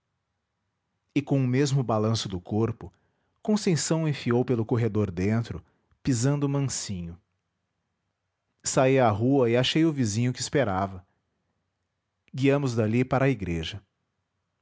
e com o mesmo balanço do corpo conceição enfiou pelo corredor dentro pisando mansinho saí à rua e achei o vizinho que esperava guiamos dali para a igreja